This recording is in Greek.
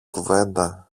κουβέντα